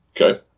Okay